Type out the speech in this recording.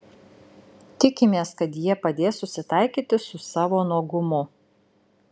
tikimės kad jie padės susitaikyti su savo nuogumu